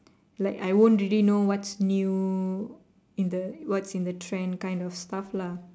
like I won't really know what's new in the what's in trend kind of stuff lah